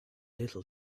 little